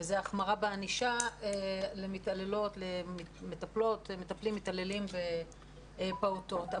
וזה החמרה בענישה למטפלות ומטפלים מתעללים בפעוטות.